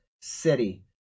city